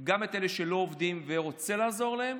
גם את אלה שלא עובדים ורוצה לעזור להם.